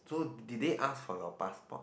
so did they ask for your passport